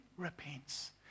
repents